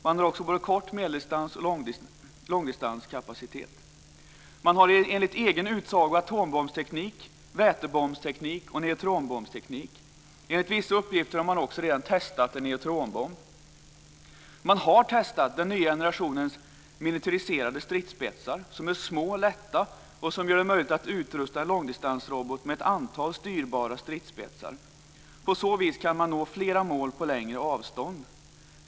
Man har också såväl kortdistans som medeldistans och långdistanskapacitet. Man har enligt egen utsago atombombsteknik, vätebombsteknik och neutronbombsteknik. Enligt vissa uppgifter har man också redan testat en neutronbomb. Man har testat den nya generationens militariserade stridsspetsar som är små, lätta och som gör det möjligt att utrusta en långdistansrobot med ett antal styrbara stridsspetsar. På så vis kan man nå flera mål på längre avstånd.